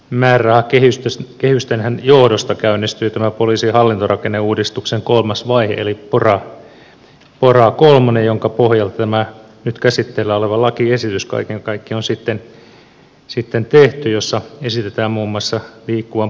hallituksen leikkaamien määrärahakehysten johdostahan käynnistyi tämä poliisin hallintorakenneuudistuksen kolmas vaihe eli pora kolmonen jonka pohjalta tämä nyt käsitteillä oleva lakiesitys kaiken kaikkiaan on sitten tehty jossa esitetään muun muassa liikkuvan poliisin lakkauttamista